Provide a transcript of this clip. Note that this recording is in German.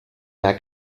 mehr